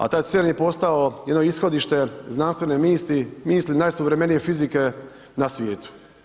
A taj CERN je postao jedno ishodište znanstvene misli, misli najsuvremenije fizike na svijetu.